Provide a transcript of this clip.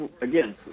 again